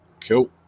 Cool